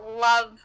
love